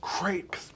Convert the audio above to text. great